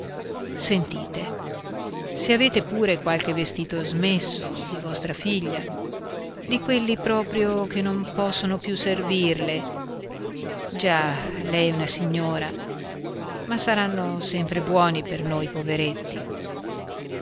sentite se avete pure qualche vestito smesso di vostra figlia di quelli proprio che non possono più servirle già lei è una signora ma saranno sempre buoni per noi poveretti